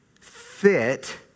fit